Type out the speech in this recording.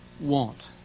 want